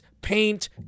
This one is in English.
paint